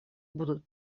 будут